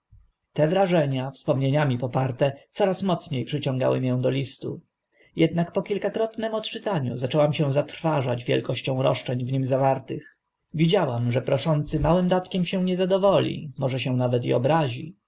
te wrażenia wspomnieniami poparte coraz mocnie przyciągały mię do listu jednak po kilkakrotnym odczytaniu zaczęłam się zatrważać wielkością roszczeń w nim zawartych widziałam że proszący małym datkiem się nie zadowoli może się nawet i obrazi